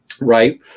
right